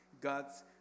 God's